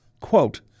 quote